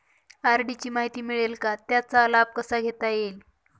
RD ची माहिती मिळेल का, त्याचा लाभ कसा घेता येईल?